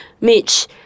Mitch